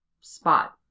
spot